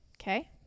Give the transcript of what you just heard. Okay